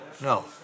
No